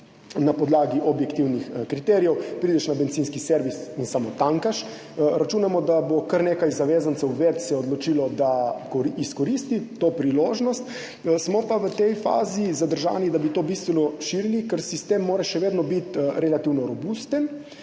na podlagi objektivnih kriterijev, prideš na bencinski servis in samo tankaš. Računamo, da se bo kar nekaj zavezancev več odločilo, da izkoristijo to priložnost. Smo pa v tej fazi zadržani, da bi to bistveno širili, ker sistem mora še vedno biti relativno robusten.